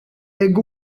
egg